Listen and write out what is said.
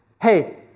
hey